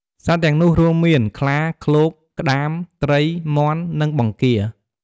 សត្វទាំងនោះរួមមាន ខ្លា ឃ្លោក ក្តាម ត្រី មាន់ និងបង្គារ។